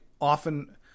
often